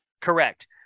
Correct